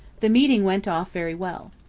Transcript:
the meeting went off very well.